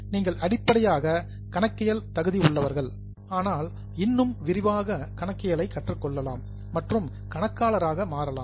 நீங்கள் அடிப்படையாக கணக்கியலில் தகுதி உள்ளவர்கள் ஆனால் இன்னும் விரிவாக கணக்கியலை கற்றுக் கொள்ளலாம் மற்றும் கணக்காளராக மாறலாம்